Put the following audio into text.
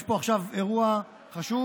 יש פה עכשיו אירוע חשוב,